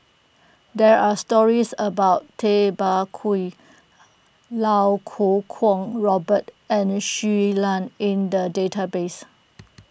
there are stories about Tay Bak Koi Iau Kuo Kwong Robert and Shui Lan in the database